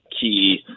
key